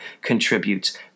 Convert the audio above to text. contributes